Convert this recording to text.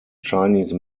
chinese